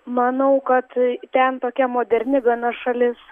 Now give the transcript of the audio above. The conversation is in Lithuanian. manau kad ten tokia moderni gana šalis